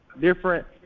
different